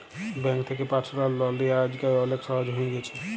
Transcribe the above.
bank থ্যাকে personal loan লিয়া আইজকাল অলেক সহজ হ্যঁয়ে গেছে